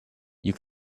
you